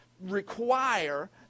require